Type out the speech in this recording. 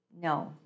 No